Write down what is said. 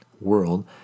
world